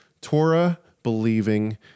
Torah-believing